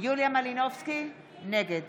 יוליה מלינובסקי, נגד